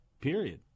Period